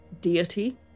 deity